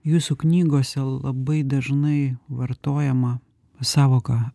jūsų knygose labai dažnai vartojamą sąvoką